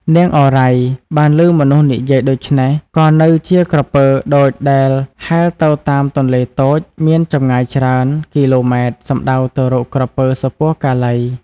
នាងឱរ៉ៃ បានឮមនុស្សនិយាយដូច្នេះ ក៏នៅជាក្រពើដូចដែលហែលទៅតាមទន្លេតូច មានចម្ងាយច្រើន គីឡូម៉ែត្រ សំដៅទៅរកក្រពើ សុពណ៌កាឡី។